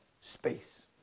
space